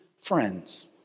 friends